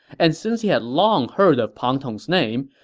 and since he had long heard of pang tong's name,